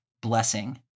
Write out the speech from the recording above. blessing